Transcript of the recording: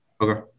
Okay